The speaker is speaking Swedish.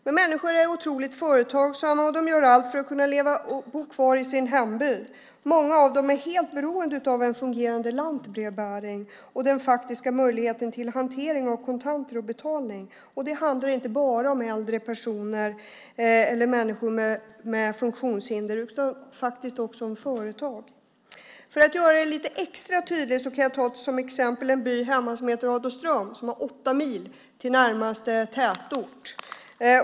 Men människor är otroligt företagsamma, och de gör allt för att kunna leva och bo kvar i sin hemby. Många av dem är helt beroende av en fungerande lantbrevbäring och den faktiska möjligheten till hantering av kontanter och betalning. Det handlar inte bara om äldre personer eller människor med funktionshinder utan faktiskt också om företag. För att göra det lite extra tydligt kan jag ta som exempel en by hemma som heter Adolfsström. Där har man åtta mil till närmaste tätort.